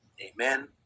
Amen